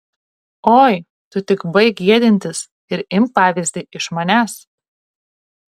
oi tu tik baik gėdintis ir imk pavyzdį iš manęs